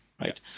right